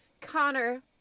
Connor